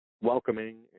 welcoming